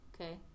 okay